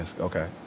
Okay